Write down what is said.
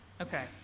Okay